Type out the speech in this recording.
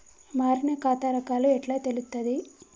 మారిన ఖాతా రకాలు ఎట్లా తెలుత్తది?